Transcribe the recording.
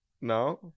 now